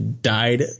died